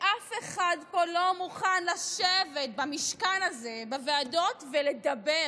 ואף אחד פה לא מוכן לשבת במשכן הזה בוועדות, לדבר